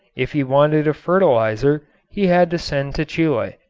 if he wanted a fertilizer he had to send to chile.